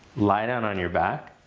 lie down on your back.